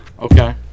Okay